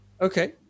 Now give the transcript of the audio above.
okay